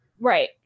right